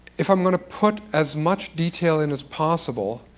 if i am going to put as much detail in as possible,